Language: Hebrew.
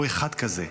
הוא אחד כזה.